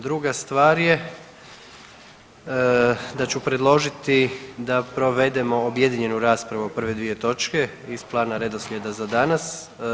Druga stvar je da ću predložiti da provedemo objedinjenu raspravu o prve dvije točke iz plana redoslijeda za danas.